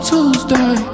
Tuesday